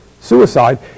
suicide